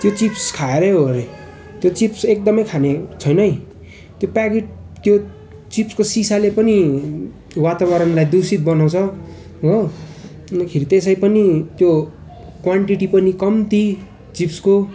त्यो चिप्स खाएरै हो हरे त्यो चिप्स एकदमै खाने छैन है त्यो प्याकेट त्यो चिप्सको सिसाले पनि वातावरणलाई दुषित बनाउँछ हो अन्तखेरि त्यसै पनि त्यो क्वान्टिटी पनि कम्ती चिप्सको